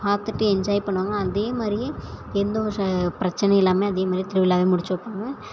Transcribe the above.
பார்த்துட்டு என்ஜாய் பண்ணுவாங்க அதே மாதிரியே எந்த ஒரு ஷ பிரச்சனையும் இல்லாமல் அதே மாரி திருவிழாவே முடித்து வைப்பாங்க